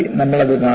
നമ്മൾ അത് കാണും